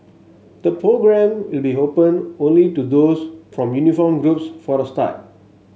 the programme will be open only to those from uniformed groups for a start